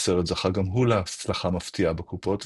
הסרט זכה גם הוא להצלחה מפתיעה בקופות,